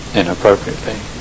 inappropriately